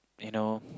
you know